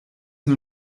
nur